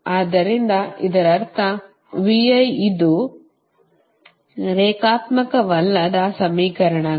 ಆದ್ದರಿಂದ ಇದರರ್ಥ ಇದು ರೇಖಾತ್ಮಕವಲ್ಲದ ಸಮೀಕರಣಗಳು